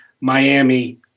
Miami